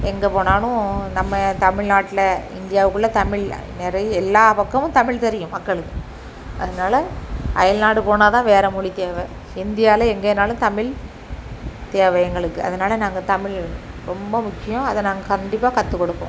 எங்கே போனாலும் நம்ம தமிழ்நாட்டுல இந்தியாவுக்குள்ளே தமிழ் நிறைய எல்லாப்பக்கமும் தமிழ் தெரியும் மக்களுக்கு அதனால அயல்நாடு போனால்தான் வேறு மொழி தேவை இந்தியாவில் எங்கேனாலும் தமிழ் தேவை எங்களுக்கு அதனால நாங்கள் தமிழ் ரொம்ப முக்கியம் அதை நாங்கள் கண்டிப்பாக கற்றுக் கொடுப்போம்